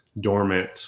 dormant